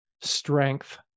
strength